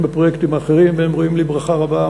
בפרויקטים האחרים והם ראויים לברכה רבה,